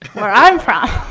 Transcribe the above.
where i'm from,